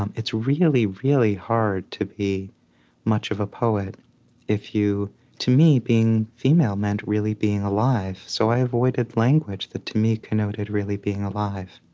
um it's really, really hard to be much of a poet if you to me, being female meant really being alive, so i avoided language that, to me, connoted really being alive